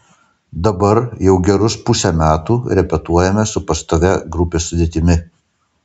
dabar jau gerus pusę metų repetuojame su pastovia grupės sudėtimi